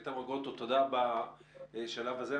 איתמר גרוטו, תודה בשלב הזה.